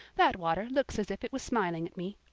that water looks as if it was smiling at me.